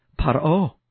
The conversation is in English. Paro